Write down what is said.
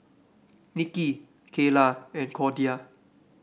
Nikki Cayla and Cordia